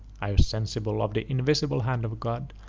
i was sensible of the invisible hand of god,